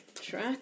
Track